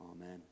Amen